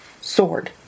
sword